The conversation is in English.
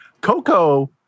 Coco